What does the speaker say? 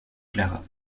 clara